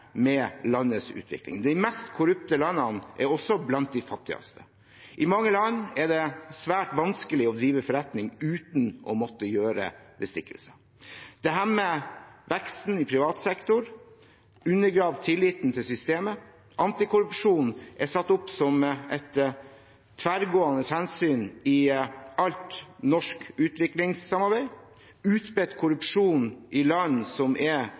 med landets utvikling. De mest korrupte landene er også blant de fattigste. I mange land er det svært vanskelig å drive forretning uten å måtte gjøre bestikkelser. Det hemmer veksten i privat sektor og undergraver tilliten til systemet. Antikorrupsjon er satt opp som et tverrgående hensyn i alt norsk utviklingssamarbeid. Utbredt korrupsjon i land som er